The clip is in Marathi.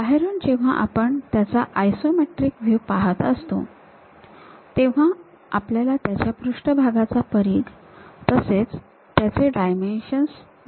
बाहेरून जेव्हा आपण त्याचा आयसोमेट्रिक व्ह्यू पाहत असतो तेव्हा आपल्याला त्याच्या पृष्ठभागाचा परीघ तसेच त्याचे डायमेन्शन्स दिसत असतात